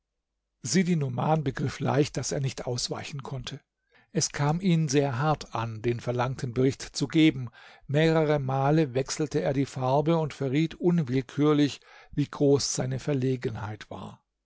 sidi numan begriff leicht daß er nicht ausweichen konnte es kam ihm sehr hart an den verlangten bericht zu geben mehrere male wechselte er die farbe und verriet unwillkürlich wie groß seine verlegenheit war